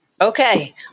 Okay